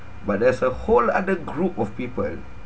but there's a whole other group of people